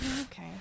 Okay